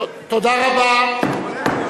תודה רבה.